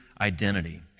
identity